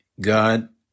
God